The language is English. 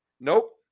Nope